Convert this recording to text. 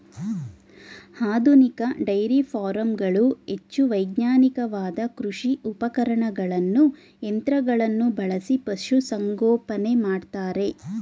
ಆಧುನಿಕ ಡೈರಿ ಫಾರಂಗಳು ಹೆಚ್ಚು ವೈಜ್ಞಾನಿಕವಾದ ಕೃಷಿ ಉಪಕರಣಗಳನ್ನು ಯಂತ್ರಗಳನ್ನು ಬಳಸಿ ಪಶುಸಂಗೋಪನೆ ಮಾಡ್ತರೆ